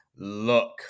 Look